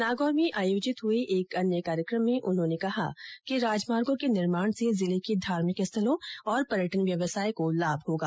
नागौर में आयोजित हुए एक अन्य कार्यक्रम में उन्होंने कहा कि राजमार्गो के निर्माण से जिले के धार्मिक स्थलों तथा पर्यटन व्यवसाय को लाभ होगा